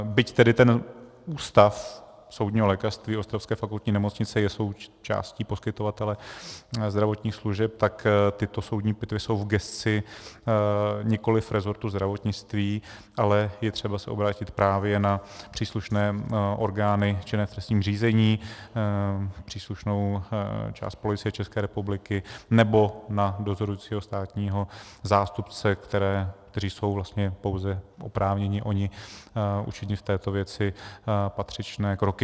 Byť tedy ten Ústav soudního lékařství ostravské fakultní nemocnice je součástí poskytovatele zdravotních služeb, tak tyto soudní pitvy jsou v gesci nikoli resortu zdravotnictví, ale je třeba se obrátit právě na příslušné orgány činné v trestním řízení, příslušnou část Policie České republiky, nebo na dozorujícího státního zástupce, kteří jsou vlastně pouze oni oprávněni učinit v této věci patřičné kroky.